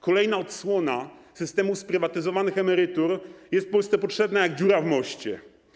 Kolejna odsłona systemu sprywatyzowanych emerytur jest Polsce potrzebna jak dziura w moście.